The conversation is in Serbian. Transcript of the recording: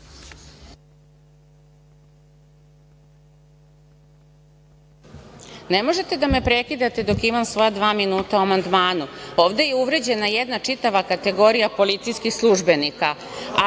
Ne možete da me prekidate dok imam svoja dva minuta o amandmanu, ovde je uvređena jedna čitava kategorija policijskih službenika,